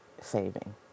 saving